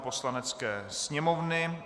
Poslanecké sněmovny